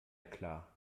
klar